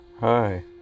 Hi